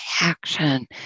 action